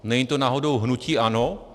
Není to náhodou hnutí ANO?